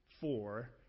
four